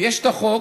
ויש את החוק.